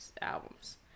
albums